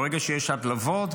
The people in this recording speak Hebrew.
ברגע שיש הדלפות,